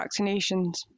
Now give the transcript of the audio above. vaccinations